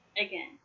again